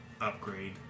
upgrade